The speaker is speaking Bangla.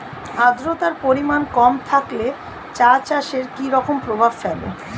আদ্রতার পরিমাণ কম থাকলে চা চাষে কি রকম প্রভাব ফেলে?